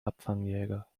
abfangjäger